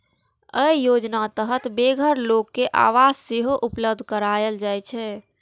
अय योजनाक तहत बेघर लोक कें आवास सेहो उपलब्ध कराएल जाइ छै